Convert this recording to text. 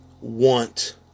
want